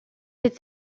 est